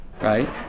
right